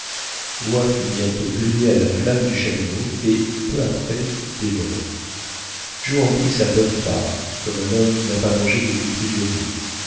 l'oie fut bientôt grillée à la flamme du chalumeau et peu après dévorée joe en prit sa bonne part comme un homme qui n'a pas mangé depuis plusieurs jours